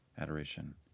adoration